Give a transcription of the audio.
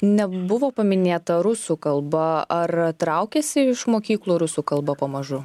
nebuvo paminėta rusų kalba ar traukiasi iš mokyklų rusų kalba pamažu